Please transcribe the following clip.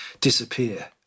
disappear